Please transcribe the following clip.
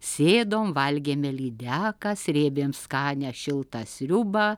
sėdom valgėme lydeką srėbėm skanią šiltą sriubą